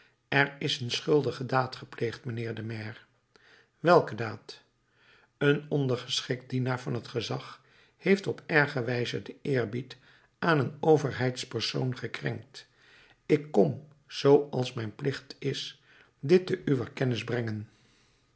er is een schuldige daad gepleegd mijnheer de maire welke daad een ondergeschikt dienaar van t gezag heeft op erge wijze den eerbied aan een overheidspersoon gekrenkt ik kom zoo als mijn plicht is dit te uwer kennis brengen